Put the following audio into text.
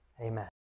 amen